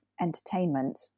entertainment